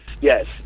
yes